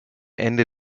ende